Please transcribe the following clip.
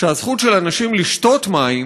שהזכות של אנשים לשתות מים